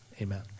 Amen